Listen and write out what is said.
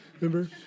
Remember